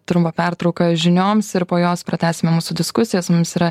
trumpą pertrauką žinioms ir po jos pratęsime mūsų diskusijas mums yra